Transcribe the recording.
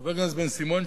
חבר הכנסת בן-סימון,